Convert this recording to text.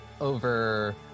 over